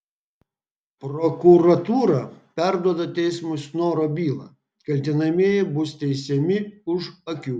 prokuratūra perduoda teismui snoro bylą kaltinamieji bus teisiami už akių